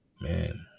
man